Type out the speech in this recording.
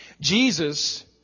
Jesus